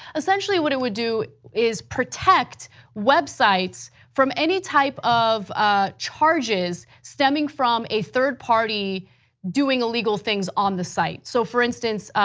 essentially what it would do is protect websites from any type of charges stemming from a third-party doing illegal things on the site. so for instance,